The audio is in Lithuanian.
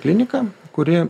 kliniką kuri